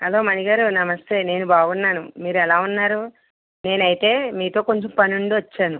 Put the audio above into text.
hello Mani garu నమస్తే నేను బాగున్నాను మీరెలా ఉన్నారు నేనైతే మీతో కొంచెం పనుండి వచ్చాను